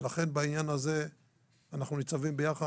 בעניין הזה אנחנו ניצבים ביחד.